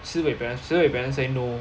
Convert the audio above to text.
siwei parents siwei parents say no